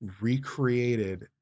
recreated